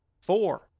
Four